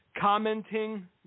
commenting